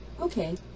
Okay